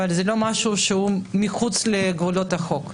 אבל זה לא משהו שהוא מחוץ לגבולות החוץ.